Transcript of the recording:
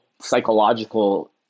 psychological